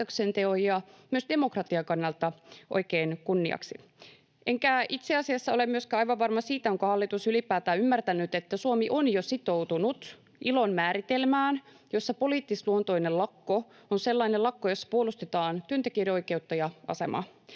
päätöksenteon ja myös demokratian kannalta oikein ja kunniaksi. Enkä itse asiassa ole myöskään aivan varma siitä, onko hallitus ylipäätään ymmärtänyt, että Suomi on jo sitoutunut ILOn määritelmään, jossa poliittisluontoinen lakko on sellainen lakko, jossa puolustetaan työntekijöiden oikeutta ja asemaa.